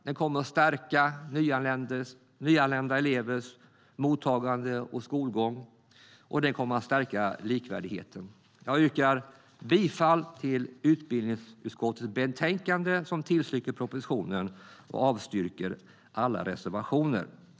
Den kommer att stärka nyanlända elevers mottagande och skolgång, vilket kommer att stärka likvärdigheten. Jag yrkar bifall till utbildningsutskottets förslag i betänkandet, vilket tillstyrker propositionen och avstyrker alla reservationer.